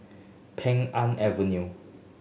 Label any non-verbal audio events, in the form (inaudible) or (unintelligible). Pheng (unintelligible) Avenue